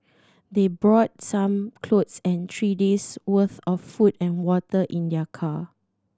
they brought some clothes and three days' worth of food and water in their car